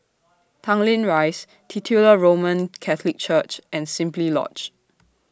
Tanglin Rise Titular Roman Catholic Church and Simply Lodge